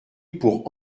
pour